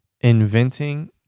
inventing